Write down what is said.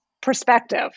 perspective